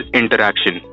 interaction